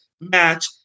match